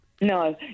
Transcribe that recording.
No